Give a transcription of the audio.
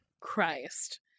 Christ